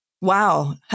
Wow